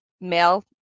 male